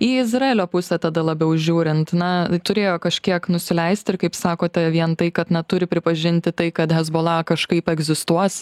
į izraelio pusę tada labiau žiūrint na turėjo kažkiek nusileisti ir kaip sakote vien tai kad na turi pripažinti tai kad hezbola kažkaip egzistuos